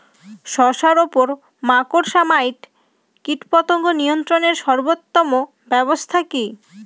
শশার উপর মাকড়সা মাইট কীটপতঙ্গ নিয়ন্ত্রণের সর্বোত্তম ব্যবস্থা কি?